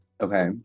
Okay